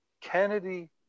Kennedy